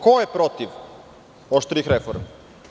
Ko je protiv oštrijih reformi?